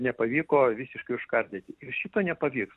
nepavyko visiškai užkardyti ir šito nepavyks